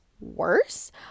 worse